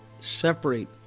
separate